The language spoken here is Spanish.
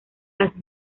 las